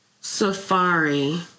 Safari